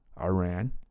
Iran